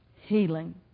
healing